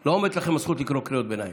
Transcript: לא עומדת לכם הזכות לקרוא קריאות ביניים.